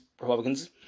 Republicans